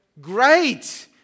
great